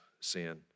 sin